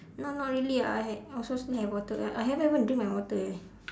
no no not really ah I have I also still have water I haven't even drink my water eh